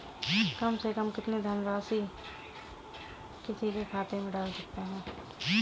कम से कम कितनी धनराशि किसी के खाते में डाल सकते हैं?